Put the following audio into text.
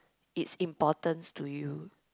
it's importance to you